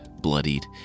bloodied